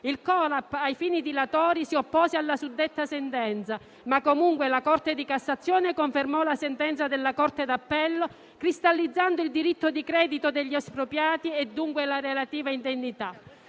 il CORAP, a fini dilatori, si oppose alla sentenza ma comunque la Corte di cassazione confermò la sentenza della Corte d'appello cristallizzando il diritto di credito degli espropriati e dunque la relativa indennità